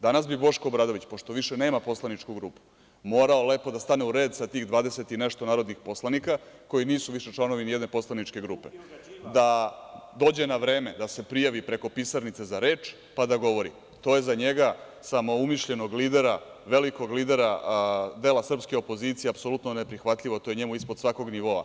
Danas bi Boško Obradović, pošto više nema poslaničku grupu, morao lepo da stane u red sa tih 20 i nešto narodnih poslanika, koji nisu više članovi ni jedne poslaničke grupe, da dođe na vreme, da se prijavi preko pisarnice za reč, pa da govori, a to je za njega samo umišljenog lidera, dela srpske opozicije, apsolutno neprihvatljivo, to je njemu ispod svakog nivoa.